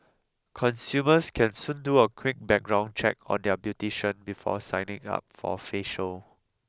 consumers can soon do a quick background check on their beautician before signing up for a facial